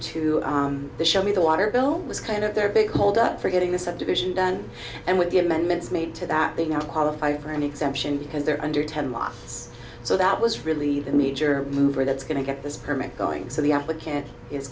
to the show me the water bill was kind of their big hold up for getting the subdivision done and with the amendments made to that they now qualify for any exemption because they're under ten lots so that was really the major mover that's going to get this permit going so the applicant is